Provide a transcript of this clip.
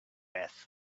have